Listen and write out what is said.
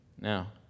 now